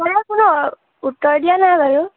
উত্তৰ দিয়া নাই বাৰু